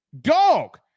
dog